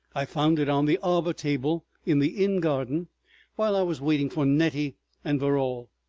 i found it on the arbor table in the inn garden while i was waiting for nettie and verrall,